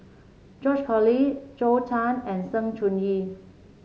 George Collyer Zhou Can and Sng Choon Yee